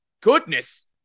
goodness